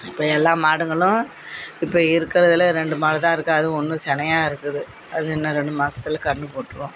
இப்போ எல்லா மாடுங்களும் இப்ப இருக்கிறதுலையே ரெண்டு மாடு தான் இருக்குது அதுவும் ஒன்று சினையா இருக்குது அது இன்னும் ரெண்டு மாதத்துல கன்று போட்டுரும்